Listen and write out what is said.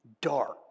dark